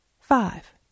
five